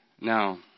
Now